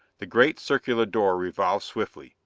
the great circular door revolved swiftly,